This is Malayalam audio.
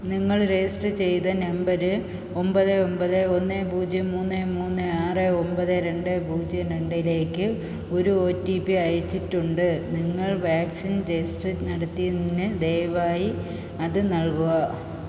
നിങ്ങളുടെ രജിസ്റ്റർ ചെയ്ത നമ്പര് ഒമ്പതേ ഒമ്പതേ ഒന്നേ പൂജ്യം മൂന്നേ മുന്നേ ആറേ ഒമ്പതേ രണ്ടേ പൂജ്യം രണ്ടേ ലേക്ക് ഒരു ഒ ടി പി അയച്ചിട്ടുണ്ട് നിങ്ങൾ വാക്സിൻ രജിസ്ട്രേഷൻ നടത്തുന്നതിനു ദയവായി അത് നൽകുക